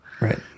Right